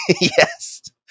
Yes